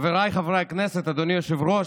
חבריי חברי הכנסת, אדוני היושב-ראש,